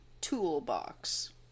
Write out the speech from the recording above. toolbox